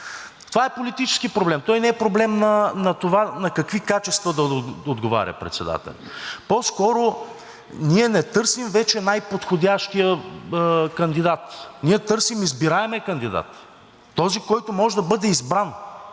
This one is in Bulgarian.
Това е политически проблем, той не е проблем на това на какви качества да отговаря председателят. По-скоро ние не търсим вече най-подходящия кандидат, ние търсим избираемия кандидат – този, който може да бъде избран,